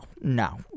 no